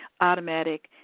automatic